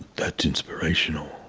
that's inspirational.